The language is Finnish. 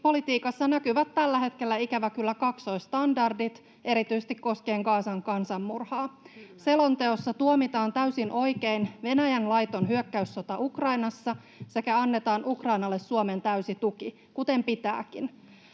ulkopolitiikassa näkyvät tällä hetkellä ikävä kyllä kaksoisstandardit erityisesti koskien kansan kansanmurhaa. Selonteossa tuomitaan täysin oikein Venäjän laiton hyökkäyssota Ukrainassa sekä annetaan Ukrainalle Suomen täysi tuki, kuten pitääkin.